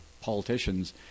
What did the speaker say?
politicians